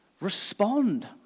Respond